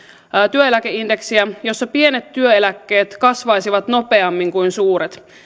työeläkeindeksiä jossa pienet työeläkkeet kasvaisivat nopeammin kuin suuret